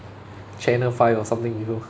channel five or something before